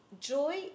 joy